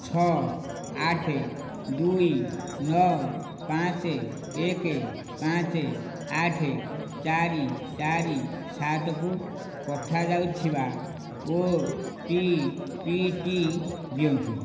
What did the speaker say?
ଛଅ ଆଠ ଦୁଇ ନଅ ପାଞ୍ଚ ଏକ ପାଞ୍ଚ ଆଠ ଚାରି ଚାରି ସାତକୁ ପଠାଯାଉଥିବା ଓଟିପିଟି ଦିଅନ୍ତୁ